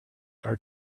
are